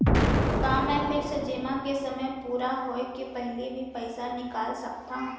का मैं फिक्स जेमा के समय पूरा होय के पहिली भी पइसा निकाल सकथव?